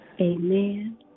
Amen